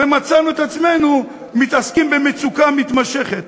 ומצאנו את עצמנו מתעסקים במצוקה מתמשכת.